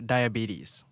Diabetes